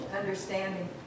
Understanding